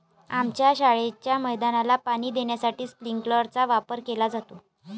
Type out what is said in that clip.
आमच्या शाळेच्या मैदानाला पाणी देण्यासाठी स्प्रिंकलर चा वापर केला जातो